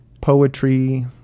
Poetry